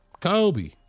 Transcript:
Kobe